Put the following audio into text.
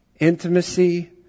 Intimacy